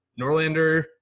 Norlander